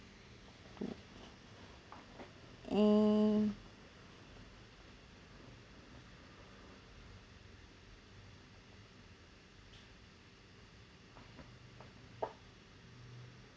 to eh